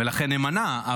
ולכן אימנע.